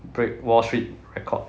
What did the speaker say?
break wall street record